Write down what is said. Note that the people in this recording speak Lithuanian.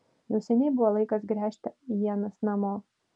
jau seniai buvo laikas gręžti ienas namo